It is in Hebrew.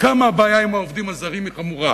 כמה הבעיה עם העובדים הזרים חמורה,